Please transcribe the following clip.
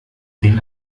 den